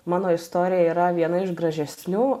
mano istorija yra viena iš gražesnių